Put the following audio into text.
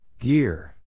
Gear